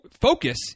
focus